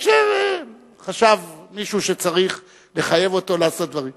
כאשר חשב מישהו שצריך לחייב אותו לעשות דברים.